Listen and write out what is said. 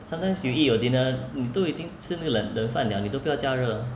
sometimes you eat your dinner 你都已经吃那个冷的饭了你都不要加热